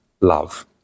love